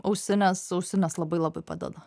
ausinės ausinės labai labai padeda